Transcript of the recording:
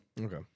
Okay